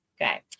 Okay